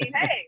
hey